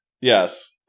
yes